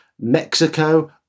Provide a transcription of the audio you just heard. Mexico